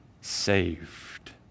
saved